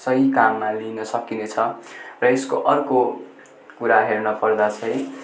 सही काममा लिन सकिनेछ र यसको अर्को कुरा हेर्न पर्दा चाहिँ